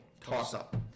toss-up